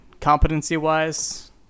competency-wise